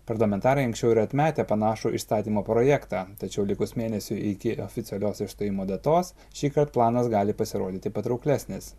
parlamentarai anksčiau yra atmetę panašų išstatymo projektą tačiau likus mėnesiui iki oficialios išstojimo datos šįkart planas gali pasirodyti patrauklesnis